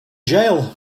jail